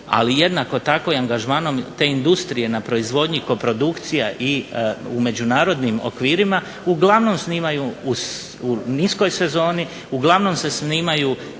ali jednako tako i angažmanom te industrije na proizvodnji koprodukcija i u međunarodnim okvirima uglavnom snimaju u niskoj sezoni uglavnom se snimaju